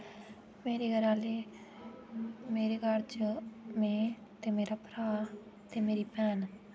मेरे घरा आह्ले मेरे घर च में मेरा भ्रा ते मेरी भैन न